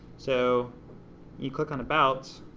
so you click on about,